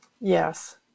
Yes